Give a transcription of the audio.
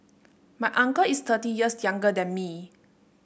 my uncle is thirty years younger than me